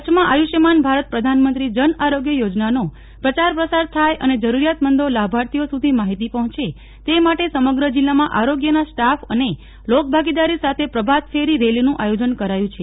કચ્છમાં આયુષ્માન ભારત પ્રધાનમંત્રી જન આરોગ્ય યોજનાનો પ્રચાર પ્રસાર થાય અને જરૂરિયાતમંદો લાભાર્થીઓ સુધી માહિતી પહોંચે તે માટે સમગ્ર જિલ્લામાં આરોગ્યના સ્ટાફ અને લોકભાગીદારી સાથે પ્રભાતફેરીરેલીનું આયોજન કરાયું છે